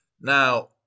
Now